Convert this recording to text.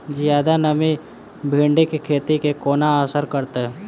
जियादा नमी भिंडीक खेती केँ कोना असर करतै?